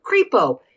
creepo